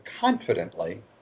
confidently